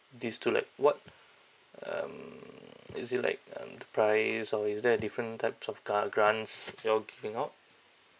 these two like what um is it like um the price or is there uh different types of ga~ grants you're giving out